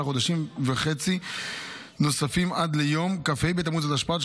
חודשים וחצי נוספים עד ליום כ"ה בתמוז התשפ"ד,